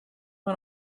man